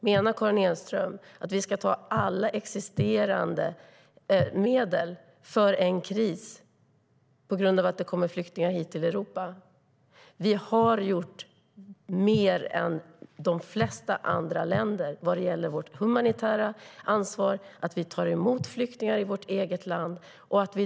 Menar Karin Enström att vi ska använda alla existerande medel för en kris på grund av att det kommer flyktingar hit till Europa? Vi har gjort mer än de flesta andra länder vad gäller vårt humanitära ansvar. Vi tar emot flyktingar i vårt eget land.